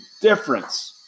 difference